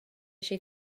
she